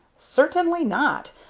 certainly not,